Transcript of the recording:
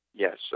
Yes